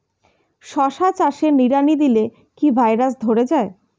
শশা চাষে নিড়ানি দিলে কি ভাইরাস ধরে যায়?